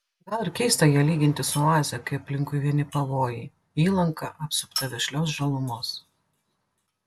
gal ir keista ją lyginti su oaze kai aplinkui vieni pavojai įlanka apsupta vešlios žalumos